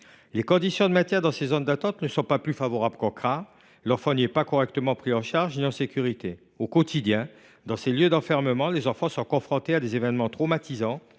Les conditions de maintien dans ces zones d’attente ne sont pas plus favorables qu’en CRA ; l’enfant n’y est pas correctement pris en charge et n’est pas en sécurité. Au quotidien, dans ces lieux d’enfermement, les enfants sont confrontés à des événements traumatisants